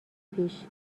پیش